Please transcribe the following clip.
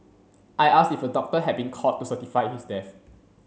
I asked if a doctor had been called to certify his death